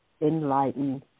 Enlightened